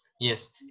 Yes